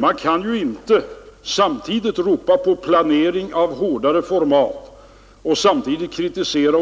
Man kan inte ropa på en hårdare planering och samtidigt kritisera